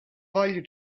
value